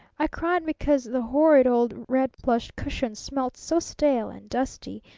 i cried because the horrid, old red plush cushions smelt so stale and dusty,